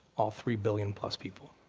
all three billion plus people.